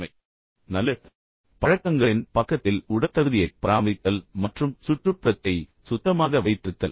ஆனால் நல்ல பழக்கங்களின் பக்கத்தில் உடற்தகுதியைப் பராமரித்தல் மற்றும் சுற்றுப்புறத்தை சுத்தமாக வைத்திருத்தல்